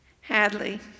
Hadley